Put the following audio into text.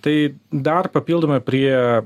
tai dar papildomai prie